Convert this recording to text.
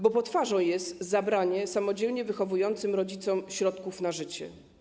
Bo potwarzą jest zabranie samodzielnie wychowującym rodzicom środków na życie.